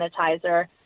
sanitizer